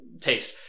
taste